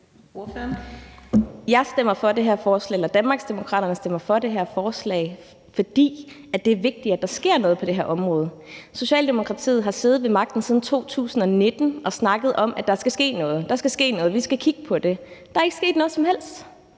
stemmer for det her forslag, fordi det er vigtigt, at der sker noget på det her område. Socialdemokratiet har siddet ved magten siden 2019 og snakket om, at der skal ske noget – der skal ske noget, vi skal kigge på det. Der er ikke sket noget som helst.